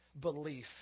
belief